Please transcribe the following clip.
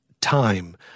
time